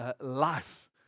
life